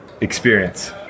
experience